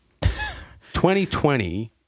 2020